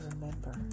remember